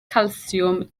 calsiwm